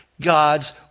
God's